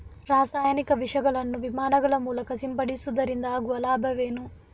ರಾಸಾಯನಿಕ ವಿಷಗಳನ್ನು ವಿಮಾನಗಳ ಮೂಲಕ ಸಿಂಪಡಿಸುವುದರಿಂದ ಆಗುವ ಲಾಭವೇನು?